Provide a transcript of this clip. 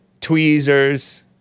tweezers